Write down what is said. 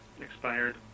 expired